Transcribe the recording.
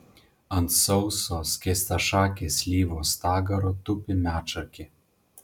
ant sauso skėstašakės slyvos stagaro tupi medšarkė